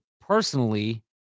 personally